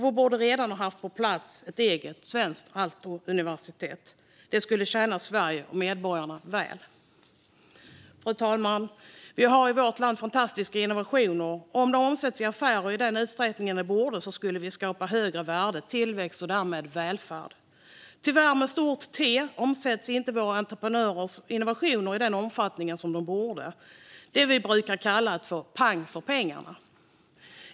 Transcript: Vi borde redan ha haft på plats ett eget svenskt Aalto-universitet. Det skulle tjäna Sverige och medborgarna väl. Fru talman! Vi har i vårt land fantastiska innovationer. Om de skulle omsättas i affärer i den utsträckning de borde skulle vi skapa högre värde, tillväxt och därmed välfärd. Tyvärr, med stort T, omsätts inte våra entreprenörers innovationer i den omfattning som de borde. Det handlar om det vi brukar kalla för att få pang för pengarna.